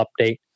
update